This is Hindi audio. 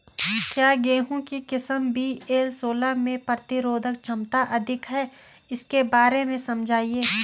क्या गेहूँ की किस्म वी.एल सोलह में प्रतिरोधक क्षमता अधिक है इसके बारे में समझाइये?